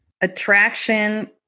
attraction